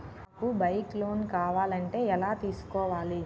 నాకు bike loan కావాలంటే ఎలా తీసుకోవాలి?